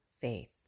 faith